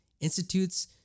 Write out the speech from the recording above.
Institutes